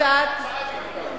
מפלגה דיגיטלית והצעה דיגיטלית.